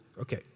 okay